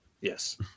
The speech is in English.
Yes